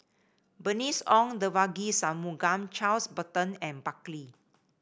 Bernice Ong Devagi Sanmugam Charles Burton and Buckley